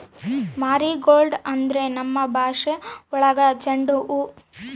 marigold ಅಂದ್ರೆ ನಮ್ ಭಾಷೆ ಒಳಗ ಚೆಂಡು ಹೂವು